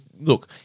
Look